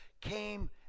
came